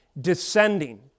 descending